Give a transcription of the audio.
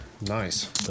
Nice